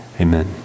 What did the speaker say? Amen